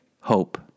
hope